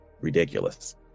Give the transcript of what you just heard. ridiculous